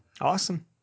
Awesome